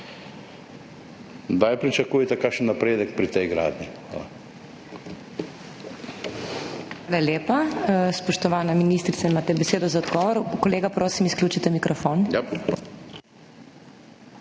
Kdaj pričakujete kakšen napredek pri tej gradnji?